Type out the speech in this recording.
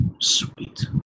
Sweet